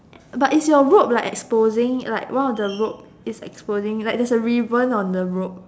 but is your rope like exposing like one of the rope is exposing like there is a ribbon on the rope